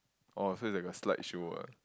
orh so is like a slideshow ah